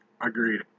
Agreed